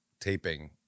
taping